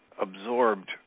absorbed